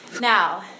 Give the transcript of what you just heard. Now